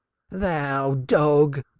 thou dog!